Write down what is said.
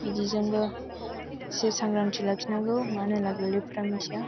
बिदिजोंबो एसे सांग्रांथि लाखिनांगौ मानो होनब्ला गोरलैफोरा मिथिया